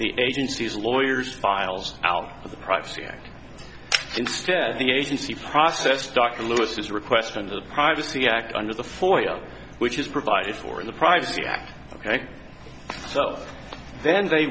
the agency's lawyers files out of the privacy act instead the agency process dr lewis's request under the privacy act under the for you which is provided for in the privacy act ok so then they